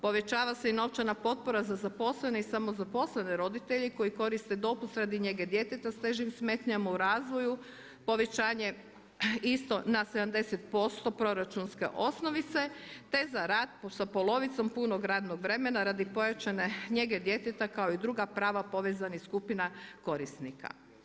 Povećava se i novčana potpora za zaposlene i samozaposlene roditelje koji koriste dopust radi njege djeteta s težim smetnjama u razvoju povećanje isto na 70% proračunske osnovice, te za rad sa polovicom punog radnog vremena radi pojačane njege djeteta kao i druga prava povezanih skupina korisnika.